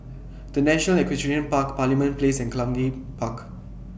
The National Equestrian Park Parliament Place and Cluny Park